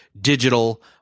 digital